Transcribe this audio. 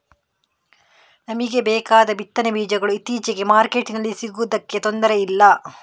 ನಮಿಗೆ ಬೇಕಾದ ಬಿತ್ತನೆ ಬೀಜಗಳು ಇತ್ತೀಚೆಗೆ ಮಾರ್ಕೆಟಿನಲ್ಲಿ ಸಿಗುದಕ್ಕೆ ತೊಂದ್ರೆ ಇಲ್ಲ